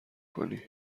کنی